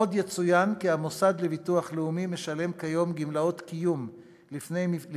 עוד יצוין כי המוסד לביטוח לאומי משלם כיום גמלאות קיום לפי